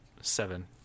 seven